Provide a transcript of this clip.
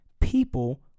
people